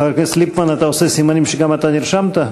חבר הכנסת ליפמן, אתה עושה סימנים שגם אתה נרשמת?